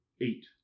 eight